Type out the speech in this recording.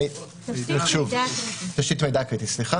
סליחה.